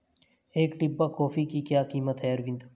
एक डिब्बा कॉफी की क्या कीमत है अरविंद?